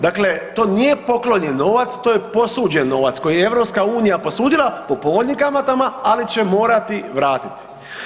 Dakle, to nije poklonjen novac, to je posuđen novac koji je EU posudila po povoljnim kamatama, ali će morati vratiti.